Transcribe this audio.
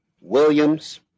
Williams